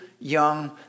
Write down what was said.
young